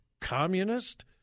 communist